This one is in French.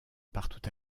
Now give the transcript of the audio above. partout